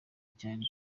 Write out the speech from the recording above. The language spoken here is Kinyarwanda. cyari